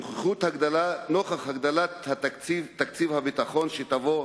נוכח הגדלת תקציב הביטחון, שתבוא,